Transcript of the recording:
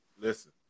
Listen